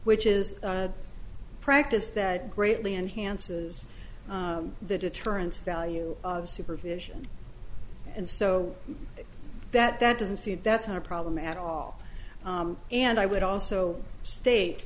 which is a practice that greatly enhances the deterrent value of supervision and so that that doesn't see it that's not a problem at all and i would also state